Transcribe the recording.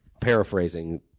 paraphrasing